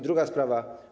Druga sprawa.